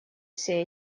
все